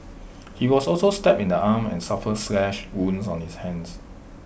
he was also stabbed in the arm and suffered slash wounds on his hands